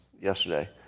yesterday